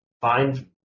find